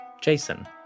Jason